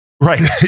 Right